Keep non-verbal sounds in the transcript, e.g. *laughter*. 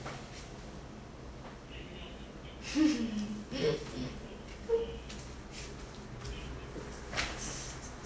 *laughs*